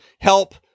help